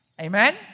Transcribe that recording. Amen